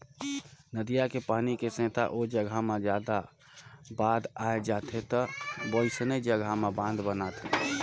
नदिया के पानी के सेथा ओ जघा मे जादा बाद आए जाथे वोइसने जघा में बांध बनाथे